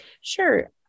Sure